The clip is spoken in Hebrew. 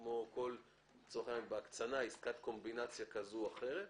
זה כמו עסקת קומבינציה כזו או אחרת.